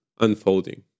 unfolding